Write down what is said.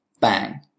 Bang